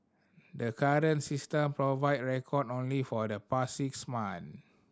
the current system provide record only for the past six months